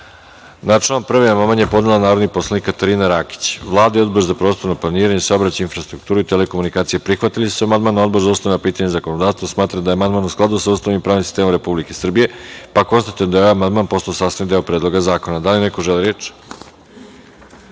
član 1. amandman je podnela narodni poslanik Katarina Rakić. Vlada i Odbor za prostorno planiranje, saobraćaj i infrastrukturu i telekomunikacije prihvatili su amandman, a Odbor za ustavna pitanja i zakonodavstvo smatra da je amandman u skladu sa Ustavom i pravnim sistemom Republike Srbije, pa konstatujem da je amandman postao sastavni deo Predloga zakona. Da li neko želi reč?